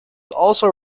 also